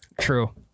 True